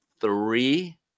three